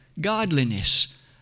godliness